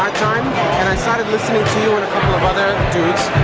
time and i started listening to you and a couple of other dudes.